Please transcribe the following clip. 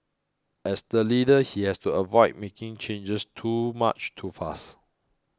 as the leader he has to avoid making changes too much too fast